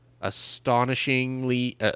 Astonishingly